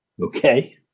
Okay